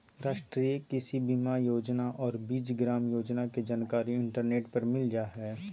राष्ट्रीय कृषि बीमा योजना और बीज ग्राम योजना के जानकारी इंटरनेट पर मिल जा हइ